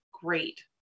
great